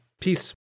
Peace